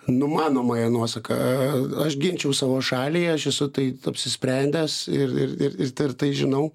numanomąja nuosaka aš ginčiau savo šalį aš esu tai apsisprendęs ir ir ir tvirtai žinau